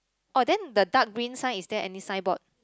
oh then the dark green sign is there any signboard